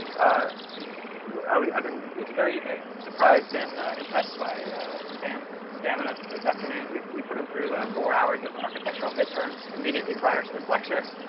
ah i would have been very surprised and impressed by stan's stamina this afternoon we we put him through four hours of architectural midterms immediately prior to this lecture